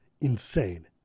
insane